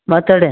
ಮಾತಾಡಿ